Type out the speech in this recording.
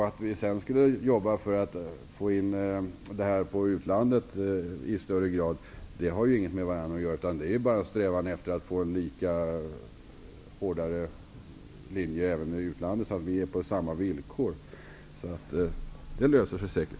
Att vi sedan i stället skulle arbeta för att öka medvetenheten om detta i utlandet i högre grad har inget med varandra att göra. Det är bara en strävan efter att få en hårdare linje även i utlandet, så att vi har samma villkor. Det löser sig säkert.